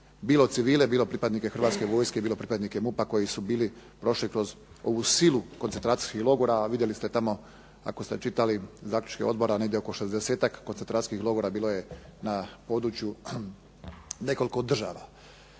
bilo civile, bilo pripadnike Hrvatske vojske, bilo pripadnike MUP-a koji su bili prošli kroz ovu silu koncentracijskih logora. A vidjeli ste tamo ako ste čitali zaključke odbora negdje oko 60-ak koncentracijskih logora bilo je na području nekoliko država.